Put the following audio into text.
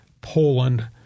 Poland